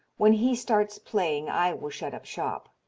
when he starts playing i will shut up shop.